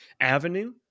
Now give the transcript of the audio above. avenue